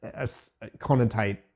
connotate